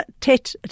Tet